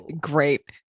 great